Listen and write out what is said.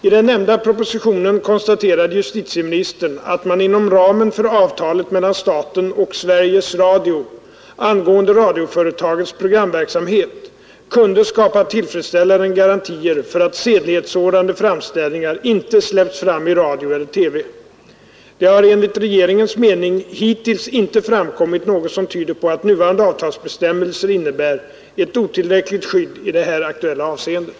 I den nämnda propositionen konstaterade justitieministern att man inom ramen för avtalet mellan staten och Sveriges Radio angående radioföretagets programverksamhet kunde skapa tillfredsställande garantier för att sedlighetssårande framställningar inte släpps fram i radio eller TV. Det har enligt regeringens mening hittills inte framkommit något som tyder på att nuvarande avtalsbestämmelser innebär ett otillräckligt skydd i det här aktuella avseendet.